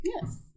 Yes